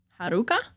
Haruka